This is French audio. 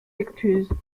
excuses